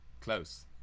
Close